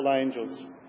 angels